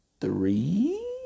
three